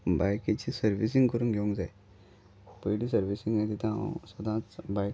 बायकीची servicing करून घेवंक जाय पयलीं सर्विसींग जाय तितून हांव सदांच बायक